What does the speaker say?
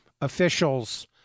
officials